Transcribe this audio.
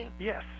yes